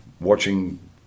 watching